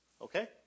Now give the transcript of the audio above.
okay